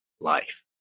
life